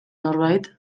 norbait